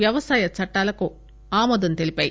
వ్యవసాయ చట్టాలకు ఆమోదం తెలిపాయి